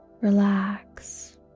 relax